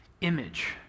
image